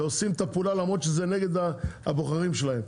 ועושים את הפעולה, למרות שזה נגד הבוחרים שלהם.